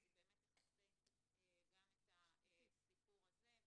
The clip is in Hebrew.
היא באמת תכסה גם את הסיפור הזה.